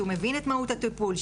שהוא מבין את מהות הטיפול,